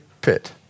pit